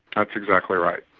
that's exactly right.